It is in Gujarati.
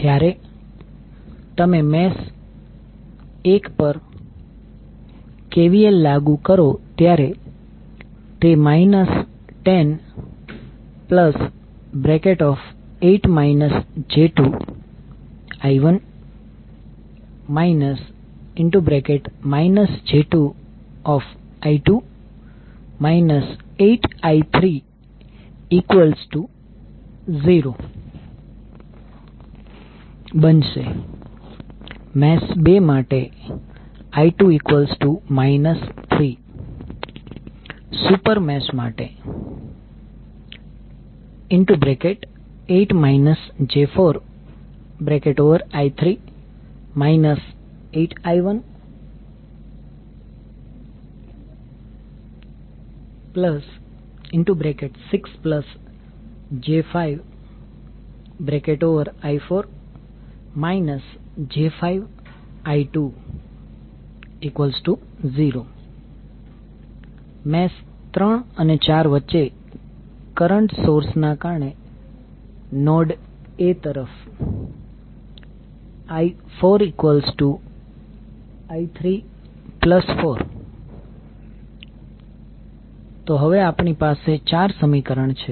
જ્યારે તમે મેશ 1 પર KVL લાગુ કરો ત્યારે તે 108 j2I1 j2I2 8I30 બનશે મેશ 2 માટે I2 3 સુપર મેશ માટે 8 j4I3 8I16j5I4 j5I20 મેશ 3 અને 4 વચ્ચે કરંટ સોર્સ ના કારણે નોડ A તરફ I4I34 તો હવે આપણી પાસે 4 સમીકરણ છે